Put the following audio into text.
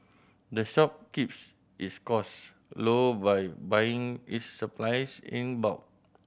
the shop keeps its costs low by buying its supplies in bulk